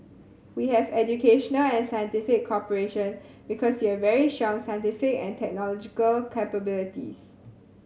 we have educational and scientific cooperation because you have very strong scientific and technological capabilities